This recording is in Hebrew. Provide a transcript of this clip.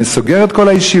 אני סוגר את כל הישיבות,